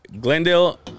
Glendale